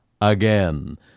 again